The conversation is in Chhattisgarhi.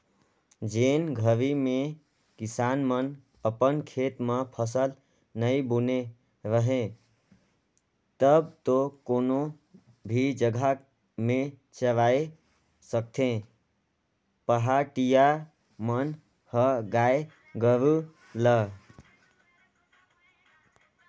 जेन घरी में किसान मन अपन खेत म फसल नइ बुने रहें तब तो कोनो भी जघा में चराय सकथें पहाटिया मन ह गाय गोरु ल